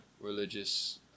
religious